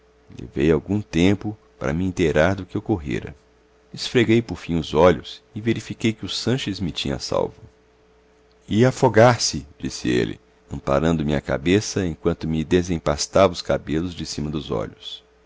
levei algum tempo para me inteirar do que ocorrera esfreguei por fim os olhos e verifiquei que o sanches me tinha salvo ia afogar-se disse ele amparando me a cabeça enquanto me desempastava os cabelos de cima dos olhos